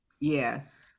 Yes